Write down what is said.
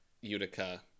Utica